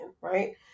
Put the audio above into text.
right